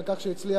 על כך שהצליח